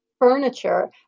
furniture